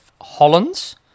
Hollands